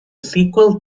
sequel